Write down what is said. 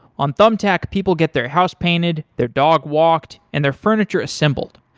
on thumbtack, people get their house painted, their dog walked and their furniture assembled.